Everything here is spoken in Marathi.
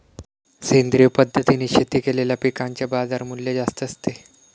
सेंद्रिय पद्धतीने शेती केलेल्या पिकांचे बाजारमूल्य जास्त असते